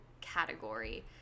category